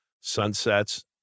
sunsets